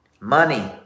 money